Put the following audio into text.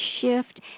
shift